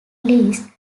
least